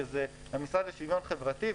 שזה המשרד לשוויון חברתי,